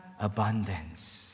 abundance